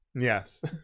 yes